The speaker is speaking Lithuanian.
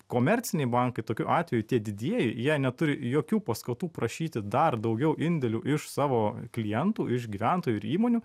komerciniai bankai tokiu atveju tie didieji jie neturi jokių paskatų prašyti dar daugiau indėlių iš savo klientų iš gyventojų ir įmonių